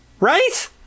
Right